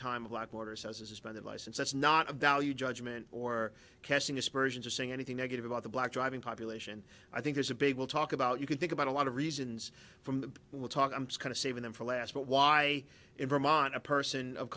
time a black border says a suspended license that's not a value judgment or casting aspersions or saying anything negative about the black driving population i think there's a big we'll talk about you can think about a lot of reasons from the we'll talk i'm just kind of saving them for last but why in vermont a person of